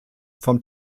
vom